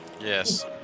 Yes